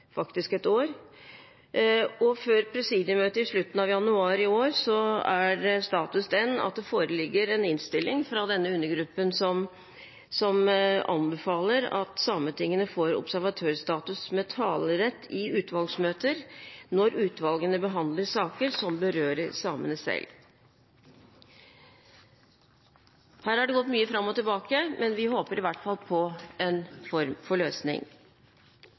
faktisk ett år, og før presidiemøtet i slutten av januar i år er status at det foreligger en innstilling fra denne undergruppen som anbefaler at sametingene får observatørstatus med talerett i utvalgsmøter når utvalgene behandler saker som berører samene selv. Her har det gått mye fram og tilbake, men vi håper i hvert fall på en form for løsning.